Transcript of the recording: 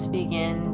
begin